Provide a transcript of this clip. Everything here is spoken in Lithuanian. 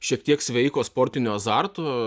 šiek tiek sveiko sportinio azarto